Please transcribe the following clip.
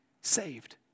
saved